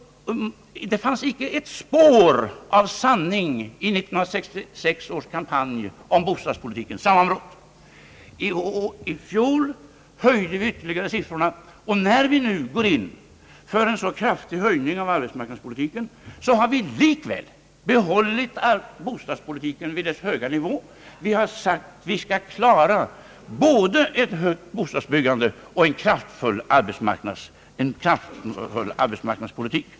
Det fanns icke ett spår av sanning i 1966 års kampanj om bostadspolitikens sammanbrott. I fjol höjde vi siffrorna ytterligare, och när vi nu går in för en mycket kraftig förstärkning av arbetsmarknadspolitiken har vi likväl behållit bostadsbyggandet vid dess höga nivå. Vi har sagt att vi skall klara både ett högt bostadsbyggande och en kraftfull arbetsmarknadspolitik.